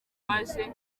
waje